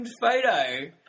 photo